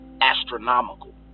astronomical